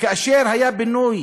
כאשר היה פינוי